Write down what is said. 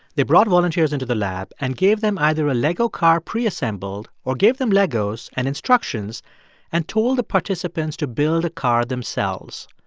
they brought volunteers into the lab and gave them either a lego car preassembled or gave them legos and instructions and told the participants to build a car themselves.